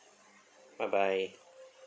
bye bye